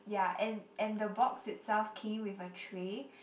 yeah and and the box itself came with a tray